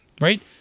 right